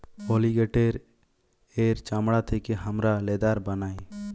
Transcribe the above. অলিগেটের এর চামড়া থেকে হামরা লেদার বানাই